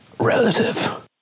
Relative